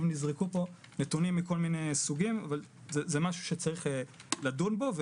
נזרקו פה נתונים מכל מיני סוגים אבל זה דבר שצריך לדון בו,